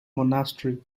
monastery